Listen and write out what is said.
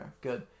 good